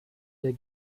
der